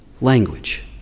language